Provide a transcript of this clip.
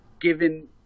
given